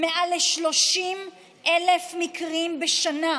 מעל 30,000 מקרים בשנה.